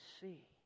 see